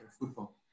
football